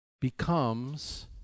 becomes